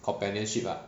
companionship lah